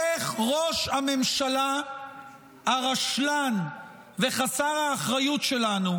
איך ראש הממשלה הרשלן וחסר האחריות שלנו,